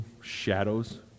shadows